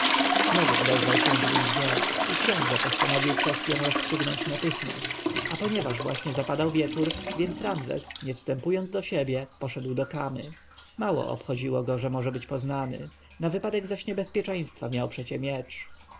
znowu odezwał się w nim gniew i książę postanowił kwestję rozstrzygnąć natychmiast a ponieważ właśnie zapadał wieczór więc ramzes nie wstępując do siebie poszedł do kamy mało obchodziło go że może być poznany na wypadek zaś niebezpieczeństwa miał przecie miecz